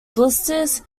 blisters